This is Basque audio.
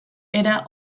era